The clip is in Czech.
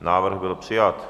Návrh byl přijat